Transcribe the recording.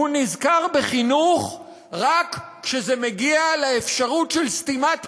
הוא נזכר בחינוך רק כשזה מגיע לאפשרות של סתימת פיות.